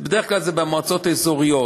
בדרך כלל זה במועצות אזוריות,